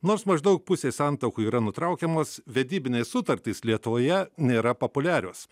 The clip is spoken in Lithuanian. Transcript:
nors maždaug pusė santuokų yra nutraukiamos vedybinės sutartys lietuvoje nėra populiarios